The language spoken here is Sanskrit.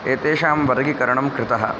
एतेषां वर्गीकरणं कृतः